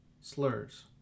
slurs